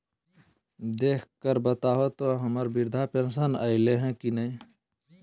देख कर बताहो तो, हम्मर बृद्धा पेंसन आयले है की नय?